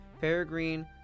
Peregrine